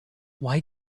why